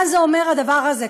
מה זה אומר, הדבר הזה?